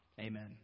Amen